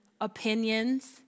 opinions